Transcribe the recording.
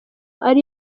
ari